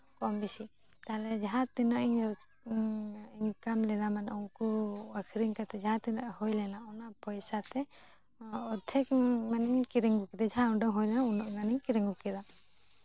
ᱠᱚᱢ ᱵᱮᱥᱤ ᱛᱟᱦᱚᱞᱮ ᱡᱟᱦᱟᱸ ᱛᱤᱱᱟᱹᱜ ᱤᱧ ᱤᱱᱠᱟᱢ ᱞᱮᱫᱟ ᱢᱟᱱᱮ ᱩᱱᱠᱩ ᱟᱹᱠᱷᱨᱤᱧ ᱠᱟᱛᱮᱜ ᱡᱟᱦᱟᱸ ᱛᱤᱱᱟᱹᱜ ᱦᱩᱭ ᱞᱮᱱᱟ ᱚᱱᱟ ᱯᱚᱭᱥᱟᱛᱮ ᱚᱨᱫᱷᱮᱠ ᱢᱟᱱᱮᱧ ᱠᱤᱨᱤᱧ ᱠᱮᱫᱟ ᱡᱟᱦᱟᱸ ᱩᱰᱟᱹᱝ ᱦᱩᱭ ᱞᱮᱱᱟ ᱩᱱᱟᱹᱜ ᱜᱟᱱᱤᱧ ᱠᱤᱨᱤᱧ ᱠᱮᱫᱟ